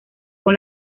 con